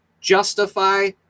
justify